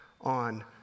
on